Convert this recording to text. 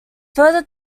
further